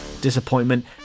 disappointment